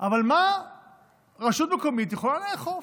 ומה רשות מקומית יכולה לאכוף.